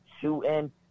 shooting